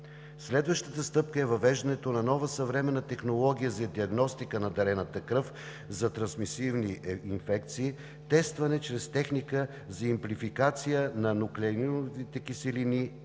Следващата стъпка е въвеждането на нова съвременна технология за диагностика на дарената кръв за трансмисивни инфекции, тестване чрез техника за имплефикация на нуклеиновите киселини, така